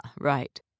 right